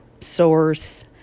source